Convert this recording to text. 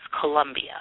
Columbia